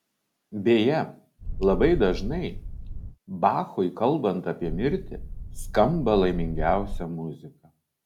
beje labai dažnai bachui kalbant apie mirtį skamba laimingiausia muzika